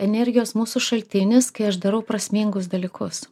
energijos mūsų šaltinis kai aš darau prasmingus dalykus